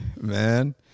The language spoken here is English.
Man